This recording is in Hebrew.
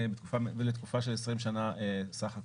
ולתקופה של 20 שנה סך הכול.